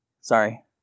sorry